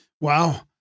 Wow